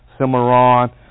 Cimarron